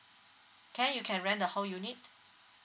can you can rent the whole unit